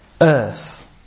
earth